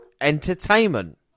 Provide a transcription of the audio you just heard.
entertainment